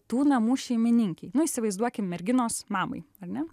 tų namų šeimininkei nu įsivaizduokim merginos mamai ar ne